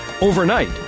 Overnight